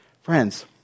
Friends